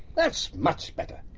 that's much better.